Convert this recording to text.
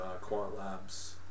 Quantlabs